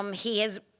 um he has